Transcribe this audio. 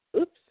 Oops